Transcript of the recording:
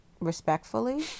respectfully